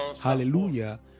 Hallelujah